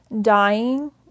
dying